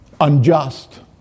unjust